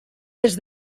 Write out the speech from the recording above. des